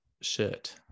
shirt